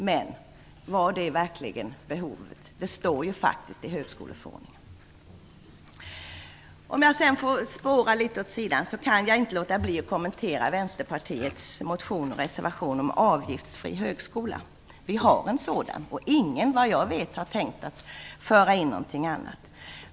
Men var det verkligen behövligt? Det stadgas ju faktiskt om detta i högskoleförordningen. För att gå in på ett litet sidospår kan jag inte låta bli att kommentera Vänsterpartiets motion och reservation om avgiftsfri högskola. Vi har en sådan, och såvitt jag vet har ingen tänkt föra in något annat.